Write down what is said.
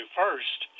first